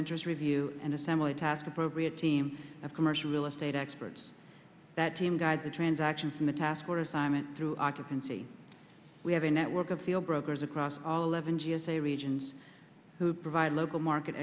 interest review and assemble a task appropriate team of commercial real estate experts that team guide the transactions in the task or assignment through our and see we have a network of field brokers across all eleven g s a regions who provide local market